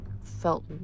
felt